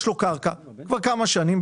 יש לו קרקע כבר כמה שנים,